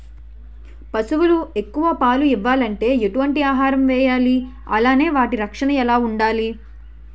పశువులు ఎక్కువ పాలు ఇవ్వాలంటే ఎటు వంటి ఆహారం వేయాలి అలానే వాటి రక్షణ ఎలా వుండాలి?